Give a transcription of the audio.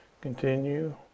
continue